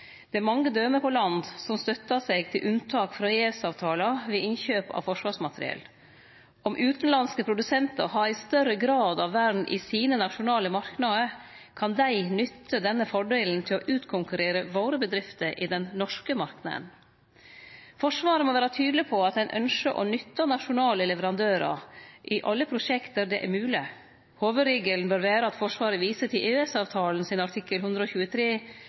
Det er mange døme på land som støttar seg til unntak frå EØS-avtalen ved innkjøp av forsvarsmateriell. Om utanlandske produsentar har ein større grad av vern i sine nasjonale marknader, kan dei nytte denne fordelen til å utkonkurrere våre bedrifter i den norske marknaden. Forsvaret må vere tydeleg på at ein ønskjer å nytte nasjonale leverandørar i alle prosjekta der det er mogleg. Hovudregelen bør vere at Forsvaret viser til artikkel 123